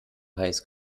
heiß